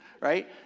right